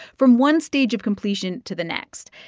from one stage of completion to the next.